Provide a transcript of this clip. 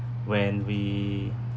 when we